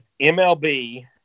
MLB